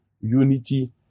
unity